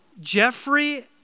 Jeffrey